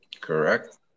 Correct